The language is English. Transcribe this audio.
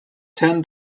ten